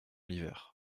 l’hiver